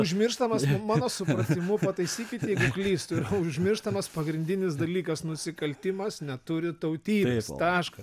užmirštamas mano supratimu pataisykit jeigu klystu yra užmirštamas pagrindinis dalykas nusikaltimas neturi tautybės taškas